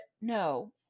no